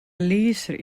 lyser